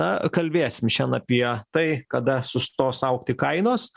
na kalbėsim šiandien apie tai kada sustos augti kainos